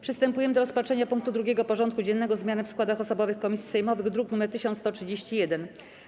Przystępujemy do rozpatrzenia punktu 2. porządku dziennego: Zmiany w składach osobowych komisji sejmowych (druk nr 1131)